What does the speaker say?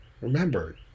Remember